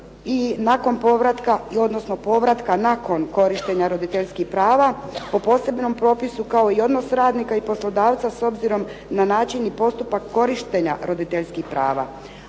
i dojilja na radu i povratka nakon korištenja roditeljskih prava po posebnom propisu kao i odnos poslodavca i radnika s obzirom na način i postupak korištenja roditeljskih prava.